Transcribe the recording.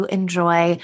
enjoy